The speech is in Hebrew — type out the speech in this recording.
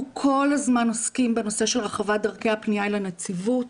אנחנו כל הזמן עוסקים בנושא של הרחבת דרכי הפניה אל הנציבות,